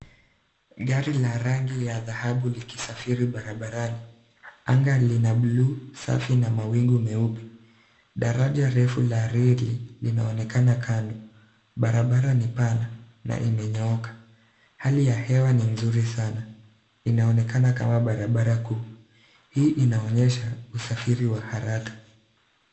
Gari la rangi ya dhahabu likisafiri barabarani. Anga lina bluu safi na mawingu meupe. Daraja refu la reli linaonekana kando. Barabara ni pana na imenyooka. Hali ya hewa ni nzuri sana. Inaonekana kama barabara kuu. Hii inaonyesha usafiri wa haraka.